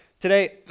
Today